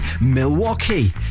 Milwaukee